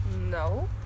No